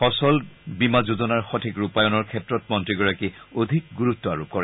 ফচল বীমা যোজনাৰ সঠিক ৰূপায়নৰ ক্ষেত্ৰত মন্ত্ৰীগৰাকীয়ে অধিক গুৰুত্ব আৰোপ কৰে